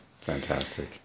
fantastic